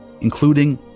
including